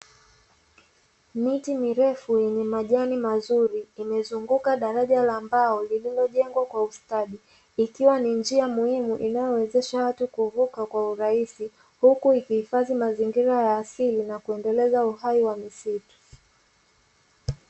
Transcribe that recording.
Miti mirefu yenye majani mazuri, imezunguka daraja la mbao lililojengwa kwa ustadi, ikiwa ni njia ya muhimu inayowezesha watu kuvuka kwa urahisi. Huku ikihifadhi mazingira ya asili na kuendeleza uhai wa misitu.